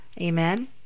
Amen